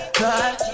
cut